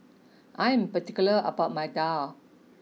I am particular about my Daal